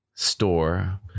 store